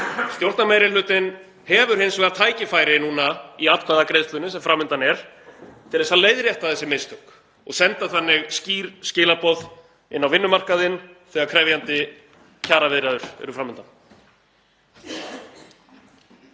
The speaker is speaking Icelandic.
Stjórnarmeirihlutinn hefur hins vegar tækifæri núna í atkvæðagreiðslunni sem fram undan er til að leiðrétta þessi mistök og senda þannig skýr skilaboð inn á vinnumarkaðinn þegar krefjandi kjaraviðræður eru fram undan.